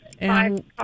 Five